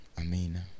Amen